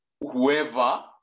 whoever